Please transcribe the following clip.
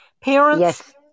parents